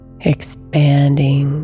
expanding